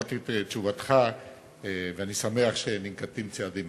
שמעתי את תשובתך ואני שמח שננקטים צעדים.